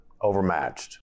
overmatched